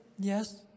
Yes